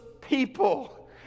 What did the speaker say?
people